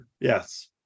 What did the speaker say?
Yes